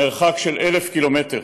מרחק של 1,000 ק"מ.